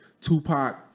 Tupac